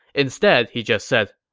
instead, he just said,